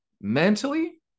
mentally